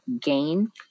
gain